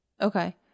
Okay